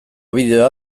bideoa